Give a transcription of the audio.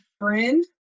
friend